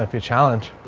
a challenge.